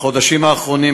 בחודשים האחרונים,